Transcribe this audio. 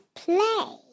play